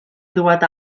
ddod